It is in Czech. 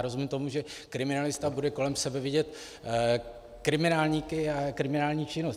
Rozumím tomu, že kriminalista bude kolem sebe vidět kriminálníky a kriminální činnost.